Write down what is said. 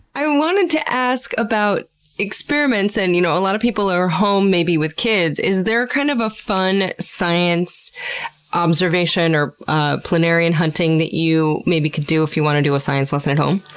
i wanted to ask about experiments. and you know a lot of people are home, maybe with kids is there kind of a fun science observation, or ah planarian hunting that you maybe could do if you wanted to do a science lesson at home?